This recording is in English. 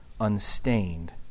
unstained